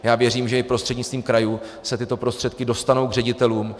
Já věřím, že i prostřednictvím krajů se tyto prostředky dostanou k ředitelům.